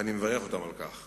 ואני מברך אותם על כך.